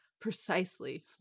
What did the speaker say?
precisely